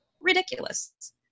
Ridiculous